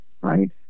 right